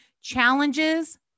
Challenges